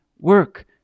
work